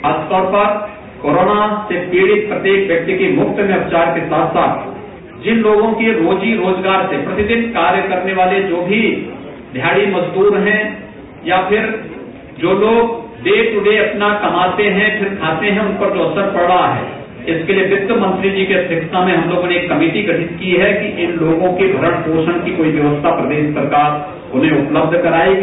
ख़ास्तोर corona से पीड़ित प्रत्येक व्यक्ति का मुफ़्त में उपचार के साथ साथ जिन लोगों के रोजी रोज़गार से प्रतिदिन कार्य करने का है जो भी दिहाझी मजदूर है या फिर जो लोग डे दू डे अपना कमाते हैं फिर खाते हैं उन पर जो असर पढ़ रहा है इसके लिए वित्तमंत्री जी की अध्यक्षता में हम हम लोगों ने एक कमेटी गठित की है जो इन लोगों के भरण भोषण की कोई व्यवस्था प्रदेश सरकार उन्हें उपलब्ध करायेगी